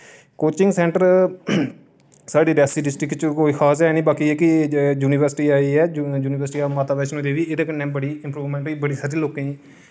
coaching centre साढ़ी Reasi district च कोई खास है निं बाकी जेह्की युनिवर्सिटी आई ऐ युनिवर्सिटी आफ माता वैश्णो देवी एह्दे कन्नै बड़ी इम्प्रूवमेंट होई बड़े सारे लोकें ई